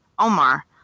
Omar